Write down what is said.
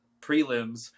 prelims